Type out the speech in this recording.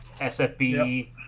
sfb